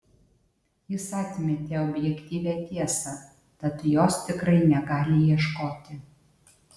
jis atmetė objektyvią tiesą tad jos tikrai negali ieškoti